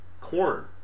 corn